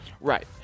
Right